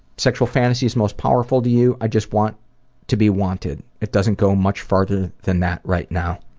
sexual fantasies most powerful to you i just want to be wanted. it doesn't go much farther than that right now.